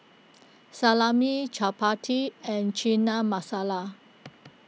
Salami Chapati and Chana Masala